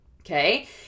okay